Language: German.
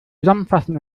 zusammenfassen